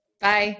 Bye